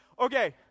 Okay